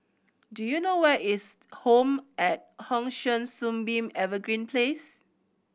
do you know where is Home at Hong San Sunbeam Evergreen Place